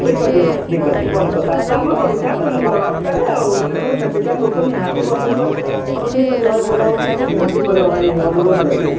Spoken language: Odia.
ଠିକ ଅଛି ଭାଇ ଠିକ ଅଛି କଲିକତାଟା ତ ଆମର ଓଡ଼ିଶା ବଡ଼ର୍ଟାରେ ଆଉ ତେଣୁ ସେଠିକା ଲୋକ ନିହାତି ପସନ୍ଦ କରିବେ ଆଉ ହେଉ ଠିକ ଅଛି ଭାଇ ବୁଝାବୁଝି ଟିକିଏ ନିହାତି କରିବ ଭାଇ ଅନୁରୋଧ ରହିଲା